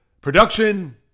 production